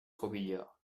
robiliard